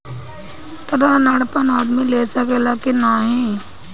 ऋण अनपढ़ आदमी ले सके ला की नाहीं?